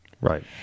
right